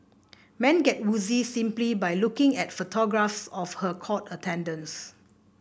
men get woozy simply by looking at photographs of her court attendance